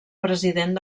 president